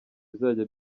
bizajya